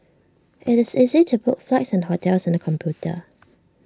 IT is easy to book flights and hotels on the computer